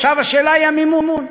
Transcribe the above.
עכשיו השאלה היא המימון.